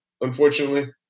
unfortunately